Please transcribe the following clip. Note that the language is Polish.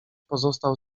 pozostał